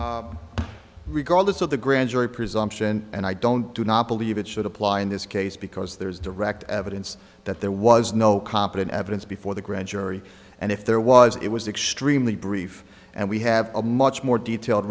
you regardless of the grand jury presumption and i don't do not believe it should apply in this case because there is direct evidence that there was no competent evidence before the grand jury and if there was it was extremely brief and we have a much more detailed